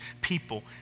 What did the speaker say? people